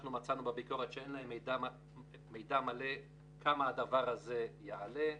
אנחנו מצאנו בביקורת שאין להם מידע מלא כמה הדבר הזה יעלה.